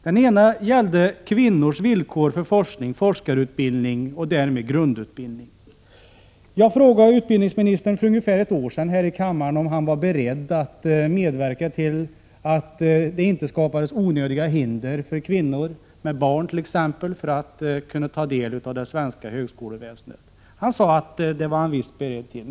Den ena gällde kvinnors villkor i forskarutbildning och därmed grundutbildning. Jag frågade utbildningsministern för ungefär ett år sedan här i kammaren om han var beredd att medverka till att det inte skapades onödiga hinder för t.ex. kvinnor med barn att ta del av det svenska högskoleväsendet. Han svarade att det var han visst beredd till.